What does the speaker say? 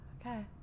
okay